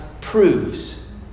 proves